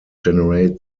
generate